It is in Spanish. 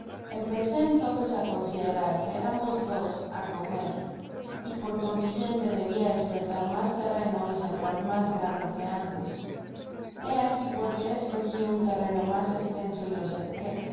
empecé entonces á considerar que éramos dos á comer y por consiguiente debia esplolar mas terreno y sembrar mas grano que antes hé ahi por qué escogi un terreno mas estenso y lo cerqué